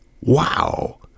Wow